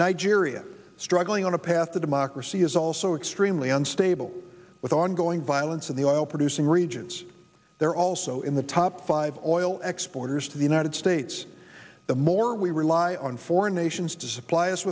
nigeria struggling on a path to democracy is also extremely unstable with ongoing violence in the oil producing regions they're also in the top five oil exports to the united states the more we rely on foreign nations to supply us